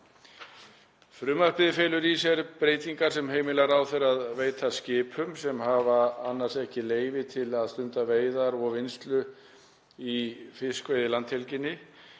Frumvarpið felur í sér breytingar sem heimila ráðherra að veita skipum sem hafa annars ekki leyfi til að stunda veiðar og vinnslu í fiskveiðilandhelginni